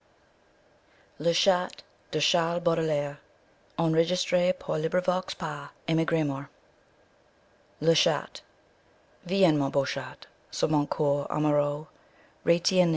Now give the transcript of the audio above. le chat viens mon beau chat sur mon coeur